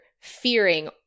fearing